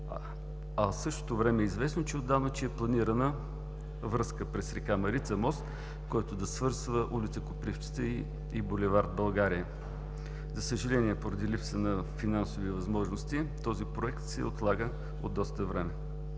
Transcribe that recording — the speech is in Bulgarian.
В същото време е известно, че отдавна е планирана връзка – мост, през река Марица, който да свързва ул. „Копривщица“ и бул. „България“. За съжаление, поради липса на финансови възможности този проект се отлага от доста време.